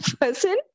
person